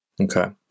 Okay